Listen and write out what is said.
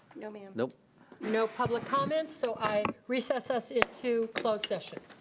no mam. no no public comments, so i recess us into closed session.